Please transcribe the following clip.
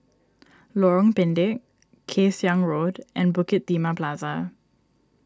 Lorong Pendek Kay Siang Road and Bukit Timah Plaza